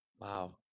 Wow